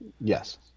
Yes